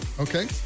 Okay